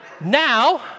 Now